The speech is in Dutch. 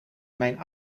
mijn